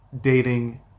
dating